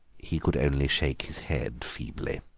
he could only shake his head feebly.